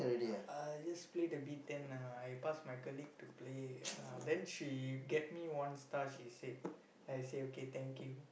uh just played a bit then uh I pass my colleague to play uh then she get me one star she said I say okay thank you